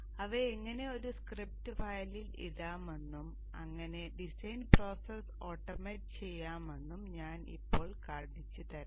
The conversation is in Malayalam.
അതിനാൽ അവ എങ്ങനെ ഒരു സ്ക്രിപ്റ്റ് ഫയലിൽ ഇടാമെന്നും അങ്ങനെ ഡിസൈൻ പ്രോസസ്സ് ഓട്ടോമേറ്റ് ചെയ്യാമെന്നും ഞാൻ ഇപ്പോൾ കാണിച്ചുതരാം